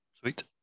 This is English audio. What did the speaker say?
Sweet